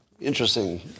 Interesting